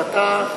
ואתה,